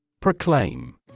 Proclaim